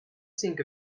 sink